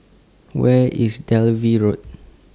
Where IS Dalvey Road